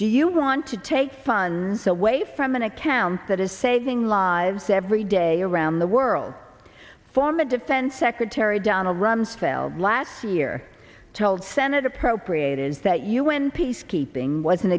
do you want to take the fun away from an account that is saving lives every day around the world former defense secretary donald rumsfeld last year told senate appropriate is that un peacekeeping was an